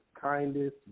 kindest